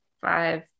five